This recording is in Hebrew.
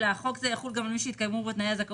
תחולה חוק זה יחול גם על מי שהתקיימו בו תנאי הזכאות